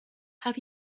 have